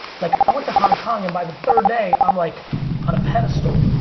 like i went to hong kong and by the third day, i'm like on a pedestal.